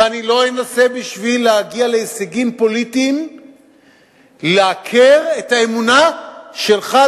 ואני לא אנסה בשביל להגיע להישגים פוליטיים לעקר את האמונה שלך,